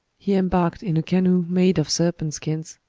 he embarked in a canoe made of serpent-skins,